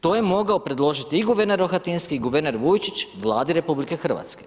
To je mogao predložiti i guverner Rohatinski i guverner Vujčić Vladi RH.